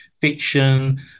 fiction